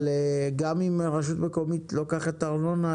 אבל גם אם רשות מקומית לוקחת ארנונה,